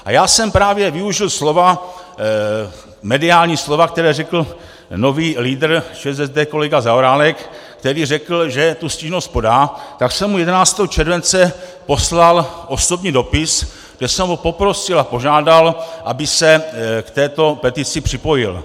A já jsem právě využil slova, mediální slova, která řekl nový lídr ČSSD kolega Zaorálek, který řekl, že tu stížnost podá, tak jsem mu 11. července poslal osobní dopis, kde jsem ho poprosil a požádal, aby se k této petici připojil.